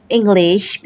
English